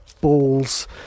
balls